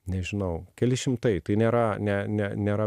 nežinau keli šimtai tai nėra ne ne nėra